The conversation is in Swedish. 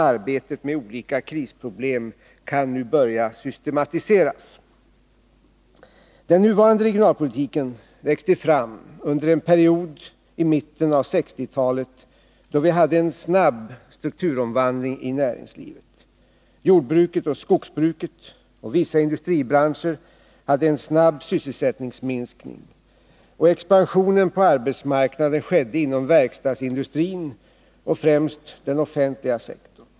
8 april 1981 Den nuvarande regionalpolitiken växte fram under en period i mitten av 1960-talet då vi hade en snabb strukturomvandling i näringslivet. Jordbruket Regionalpolitiken och skogsbruket och vissa industribranscher hade en snabb sysselsättningsminskning, och expansionen på arbetsmarknaden skedde inom verkstadsindustrin och främst den offentliga sektorn.